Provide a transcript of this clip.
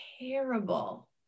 terrible